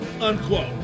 unquote